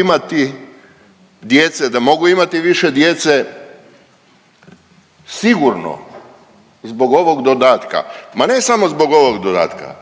imati djece, da mogu imati više djece sigurno zbog ovog dodatka, ma ne samo zbog ovog dodatka